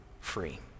free